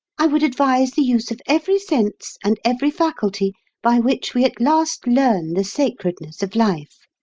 i would advise the use of every sense and every faculty by which we at last learn the sacredness of life.